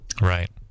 Right